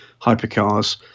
hypercars